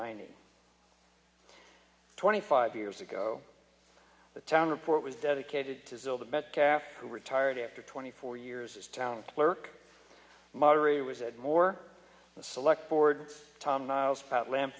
nineteen twenty five years ago the town report was dedicated to still the best kept who retired after twenty four years as town clerk moderator was a more select forward tom niles pat la